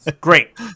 great